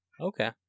Okay